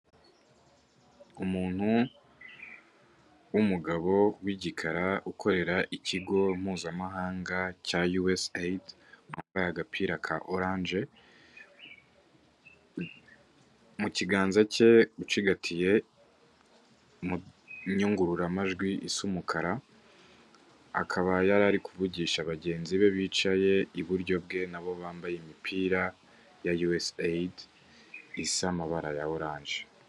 Umuntu w'umugabo w'igikara ukorera ikigo mpuzamahanga cya yuwesi eyidi wambaye agapira ka oranje, mu kiganza cye ucigatiye mu nyunguramajwi isa umukara, akaba yari ari kuvugisha bagenzi be bicaye iburyo bwe na bo bambaye imipira ya yuwesi eyidi isa amabara ya oranje.